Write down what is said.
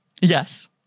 Yes